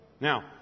Now